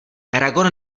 eragon